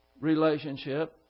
relationship